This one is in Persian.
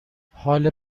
حال